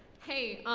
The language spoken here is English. hey,